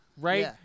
Right